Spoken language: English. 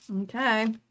Okay